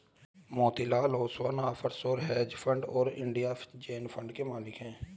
Motilal Oswal offshore hedge fund और India Zen fund के मालिक हैं